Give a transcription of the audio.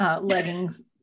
leggings